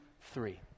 three